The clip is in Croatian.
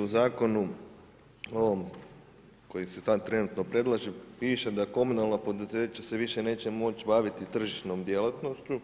U zakonu ovom kojim se sada trenutno predlaže piše da komunalna poduzeća se više neće moći baviti tržišnom djelatnošću,